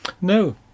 no